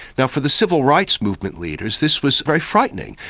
now, for the civil rights movement leaders, this was very frightening,